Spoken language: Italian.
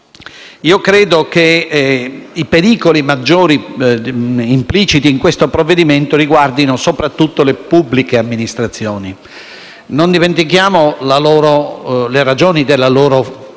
Credo che i pericoli maggiori impliciti in questo provvedimento riguardino soprattutto le pubbliche amministrazioni. Non dimentichiamo le ragioni della loro persistente